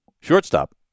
shortstop